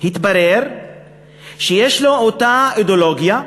התברר שיש לו אותה אידיאולוגיה,